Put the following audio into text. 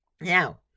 Now